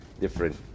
different